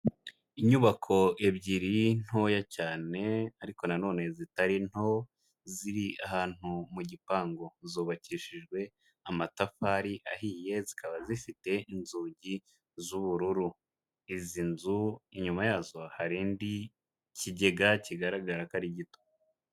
Inyubako ebyiri ntoya cyane ariko na none zitari nto, ziri ahantu mu gipangu. Zubakishijwe amatafari ahiye, zikaba zifite inzugi z'ubururu. Izi nzu inyuma yazo hari indi, ikigega kigaragara ko ari gito.